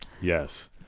Yes